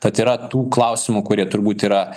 tad yra tų klausimų kurie turbūt yra